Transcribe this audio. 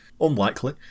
unlikely